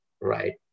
right